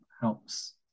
helps